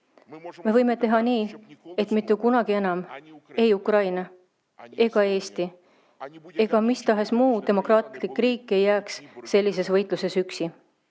Me võime teha nii, et mitte kunagi enam ei Ukraina ega Eesti ega mis tahes muu demokraatlik riik ei jääks sellises võitluses üksi,